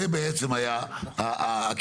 זה בעצם היה הכיוון.